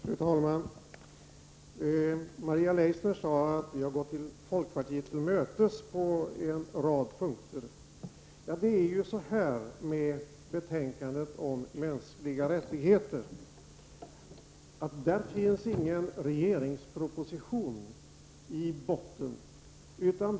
Fru talman! Maria Leissner sade att vi har gått folkpartiet till mötes på en rad punkter. Till detta betänkande om mänskliga rättigheter finns ingen proposition i botten.